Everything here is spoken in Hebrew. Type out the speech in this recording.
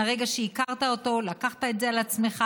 מרגע שהכרת אותו לקחת את זה על עצמך,